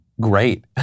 Great